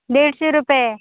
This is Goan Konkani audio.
देडशे रुपये